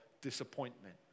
disappointment